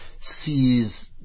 sees